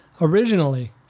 originally